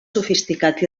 sofisticat